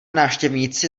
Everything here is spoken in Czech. návštěvníci